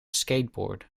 skateboard